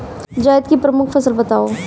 जायद की प्रमुख फसल बताओ